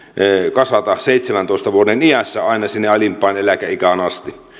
kasata seitsemäntoista vuoden iässä aina sinne alimpaan eläkeikään asti